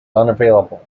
unavailable